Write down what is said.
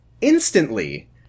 instantly